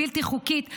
בלתי חוקית,